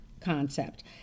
concept